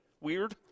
weird